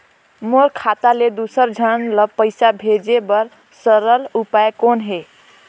मोर खाता ले दुसर झन ल पईसा भेजे बर सरल उपाय कौन हे?